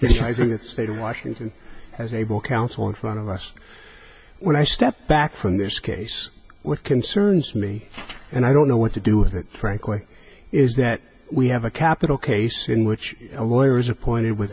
the state of washington as able counsel in front of us when i step back from this case what concerns me and i don't know what to do with it frankly is that we have a capital case in which a lawyer is appointed with